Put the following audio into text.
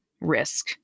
risk